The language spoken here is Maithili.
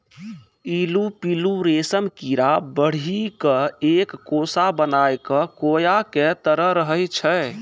ई पिल्लू रेशम कीड़ा बढ़ी क एक कोसा बनाय कॅ कोया के तरह रहै छै